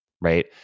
right